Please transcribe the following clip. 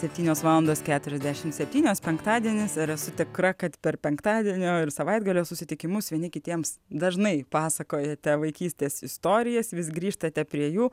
septynios valandos keturiasdešimt septynios penktadienis ir esu tikra kad per penktadienio ir savaitgalio susitikimus vieni kitiems dažnai pasakojate vaikystės istorijas vis grįžtate prie jų